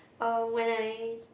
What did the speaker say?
uh when I